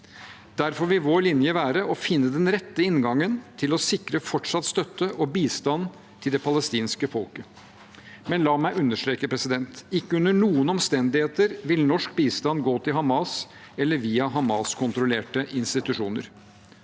Derfor vil vår linje være å finne den rette inngangen til å sikre fortsatt støtte og bistand til det palestinske folket. Men la meg understreke: Ikke under noen omstendigheter vil norsk bistand gå til Hamas eller via Hamas-kontrollerte institusjoner.